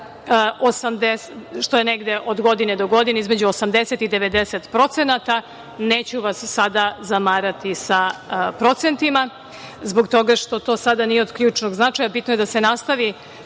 što je negde od godine do godine između 80% - 90%, neću vas sada zamarati sa procentima, ubog toga što sada nije od ključnog značaja, bitno je da se nastavi